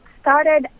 started